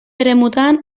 eremutan